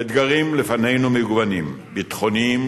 האתגרים לפנינו מגוונים: ביטחוניים,